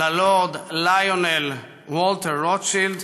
ללורד ליונל וולטר רוטשילד,